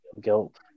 guilt